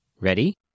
Ready